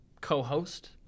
co-host